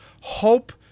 hope